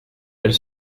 elle